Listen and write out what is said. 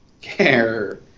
care